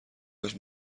کاش